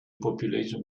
population